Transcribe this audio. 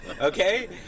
Okay